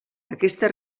aquesta